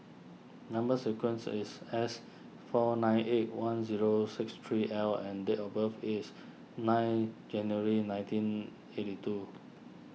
Number Sequence is S four nine eight one zero six three L and date of birth is nine January nineteen eighty two